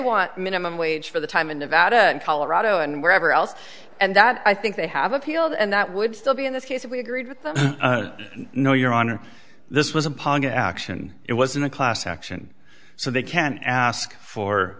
want minimum wage for the time in nevada and colorado and wherever else and that i think they have appealed and that would still be in this case if we agreed with them no your honor this was appalling action it was in a class action so they can ask for